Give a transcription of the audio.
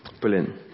Brilliant